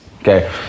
okay